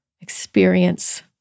experience